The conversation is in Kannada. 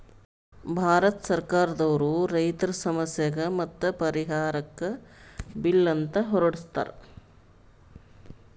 ಭಾರತ್ ಸರ್ಕಾರ್ ದವ್ರು ರೈತರ್ ಸಮಸ್ಯೆಗ್ ಮತ್ತ್ ಪರಿಹಾರಕ್ಕ್ ಬಿಲ್ ಅಂತ್ ಹೊರಡಸ್ತಾರ್